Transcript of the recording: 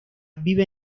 vive